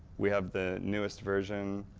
we have the newest version,